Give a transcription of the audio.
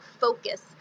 focus